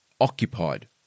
Occupied